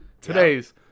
today's